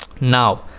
now